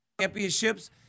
championships